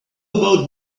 about